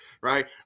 Right